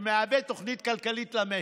שמהווה תוכנית כלכלית למשק.